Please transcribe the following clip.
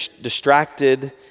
distracted